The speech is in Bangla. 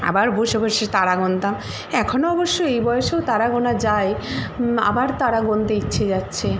আবার বসে বসে তারা গুনতাম এখনও অবশ্য এই বয়সেও তারা গোনা যায় আবার তারা গুনতে ইচ্ছে যাচ্ছে